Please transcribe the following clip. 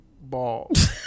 balls